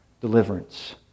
deliverance